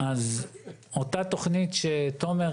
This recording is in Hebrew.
ורק בסיכום איתם הצלחנו.